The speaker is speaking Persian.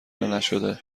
نشده